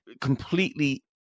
completely